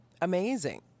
amazing